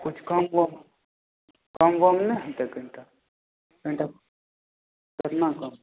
किछु कम करू कम वम नहि होतै कनिटा कनिटा केतना कम